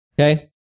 Okay